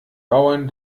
bauern